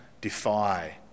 defy